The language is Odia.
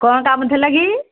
କ'ଣ କାମ ଥିଲା କି